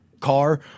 car